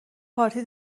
پارتی